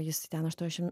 jis ten aštuonešim